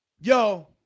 yo